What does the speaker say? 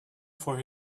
for